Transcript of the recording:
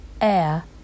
air